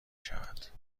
شود